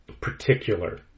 particular